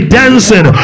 dancing